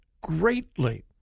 greatly